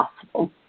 possible